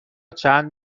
چند